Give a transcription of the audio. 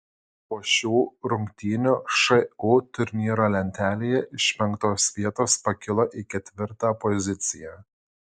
po šių rungtynių šu turnyro lentelėje iš penktos vietos pakilo į ketvirtą poziciją